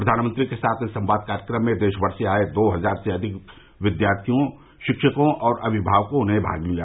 प्रधानमंत्री के साथ इस संवाद कार्यक्रम में देशमर से आये दो हजार से अधिक विद्यार्थियों शिक्षकों और अभिभावकों ने भाग लिया